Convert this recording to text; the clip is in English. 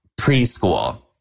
preschool